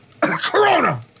Corona